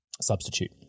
substitute